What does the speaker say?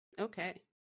Okay